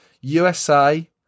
USA